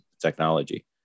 technology